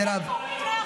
איך קוראים לך?